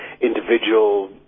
individual